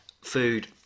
food